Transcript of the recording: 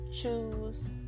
choose